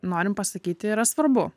norim pasakyti yra svarbu